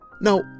Now